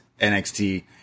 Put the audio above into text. nxt